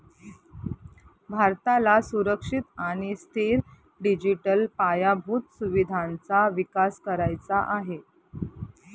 भारताला सुरक्षित आणि स्थिर डिजिटल पायाभूत सुविधांचा विकास करायचा आहे